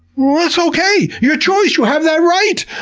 well, that's okay! your choice! you have that right.